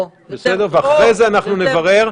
אחרי זה אנחנו נברר,